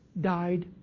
died